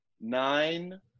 nine